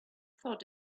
thought